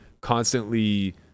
constantly